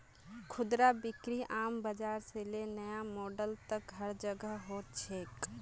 खुदरा बिक्री आम बाजार से ले नया मॉल तक हर जोगह हो छेक